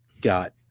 got